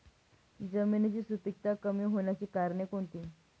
जमिनीची सुपिकता कमी होण्याची कारणे कोणती?